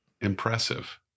Impressive